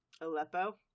Aleppo